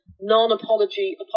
non-apology